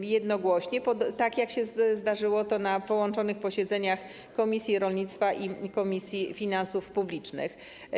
jednogłośnie, tak jak się zdarzyło na połączonych posiedzeniach komisji rolnictwa i Komisji Finansów Publicznych.